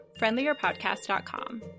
friendlierpodcast.com